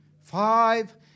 Five